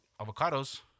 Avocados